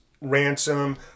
Ransom